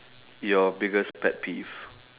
your biggest pet peeve